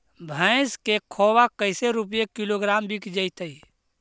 भैस के खोबा कैसे रूपये किलोग्राम बिक जइतै?